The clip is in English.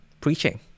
preaching